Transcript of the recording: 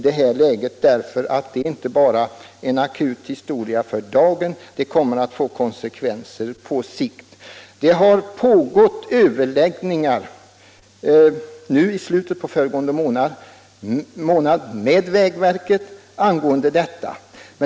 Det är inte bara ett akut problem för dagen. Det kommer att få konsekvenser på sikt. Överläggningar med vägverket har pågått i slutet på föregående månad angående detta.